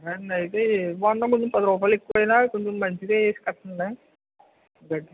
సరే అండి అయితే ఏం వాడినా పది రూపాయలు ఎక్కువైనా కొంచెం మంచిదే ఏసి కట్టండి